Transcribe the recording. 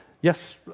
Yes